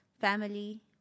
family